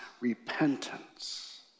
repentance